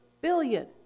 billion